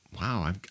wow